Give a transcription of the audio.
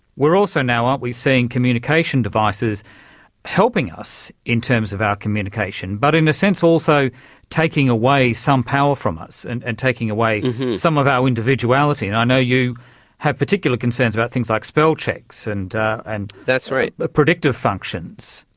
we're also now aren't we, seeing communication devices helping us in terms of our communication, but in a sense also taking away some power from us, and and taking away some of our individuality and i know you have particular concerns about things like spellchecks and and ah predictive functions.